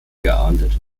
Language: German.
geahndet